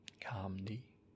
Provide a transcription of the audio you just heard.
calmly